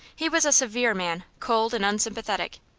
he was a severe man, cold and unsympathetic,